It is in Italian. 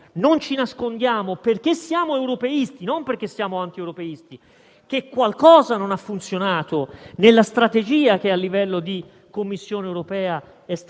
Io credo che ci siano tutte le condizioni per poter fare un lavoro efficace nelle prossime settimane, per poter garantire sicurezza